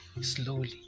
slowly